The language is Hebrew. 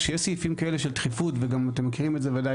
כשיש סעיפים כאלה של דחיפות גם אתם מכירים את זה ודאי,